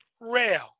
rail